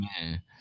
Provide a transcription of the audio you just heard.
man